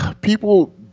people